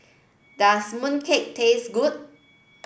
does mooncake taste good